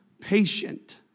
patient